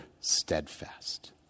steadfast